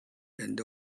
and